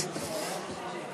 פיצול